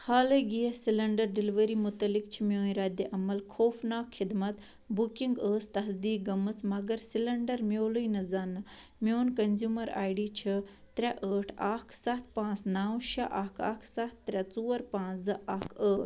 حالٕے gas cylinder delivery متعلق چھ میٛٲنۍ ردِ عمل خوفناک خدمت بُکنٛگ ٲس تصدیٖق گٔمٕژ مگر سلیٚنٛڈر میٛولٕے نہٕ زَن میٛون کنزیٛومَر آے ڈی چھُ ترٛےٚ ٲٹھ اَکھ سَتھ پانٛژھ نَو شےٚ اَکھ اَکھ سَتھ ترٛےٚ ژور پانٛژھ زٕ اَکھ ٲٹھ